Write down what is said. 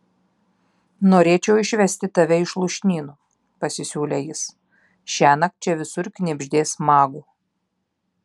norėčiau išvesti tave iš lūšnynų pasisiūlė jis šiąnakt čia visur knibždės magų